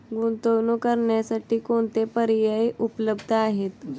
गुंतवणूक करण्यासाठी कोणते पर्याय उपलब्ध आहेत?